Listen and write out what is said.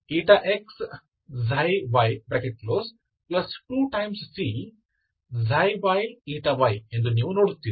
ಅದು 2A ξxxB ξxyx ξy 2C ξyy ಎಂದು ನೀವು ನೋಡುತ್ತೀರಿ